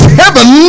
heaven